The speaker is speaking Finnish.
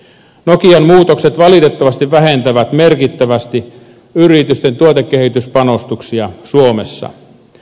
nokian muutokset valitettavasti vähentävät merkittävästi yritysten tuotekehityspanostuksia suomessa